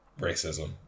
racism